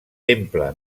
temple